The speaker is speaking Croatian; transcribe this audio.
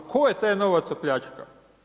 Tko je taj novac opljačkao?